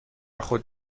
خود